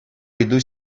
ыйту